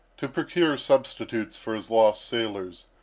to procure substitutes for his lost sailors,